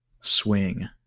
Swing